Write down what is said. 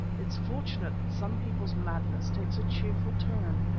it's fortunate that some people's madness takes a cheerful turn.